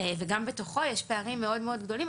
וגם בתוכו יש פערים מאוד-מאוד גדולים.